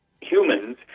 humans